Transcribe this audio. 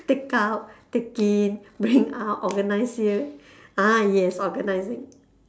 take out take in bring out organise here ah yes organising